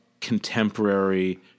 contemporary